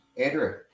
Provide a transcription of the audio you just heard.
Andrew